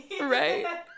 right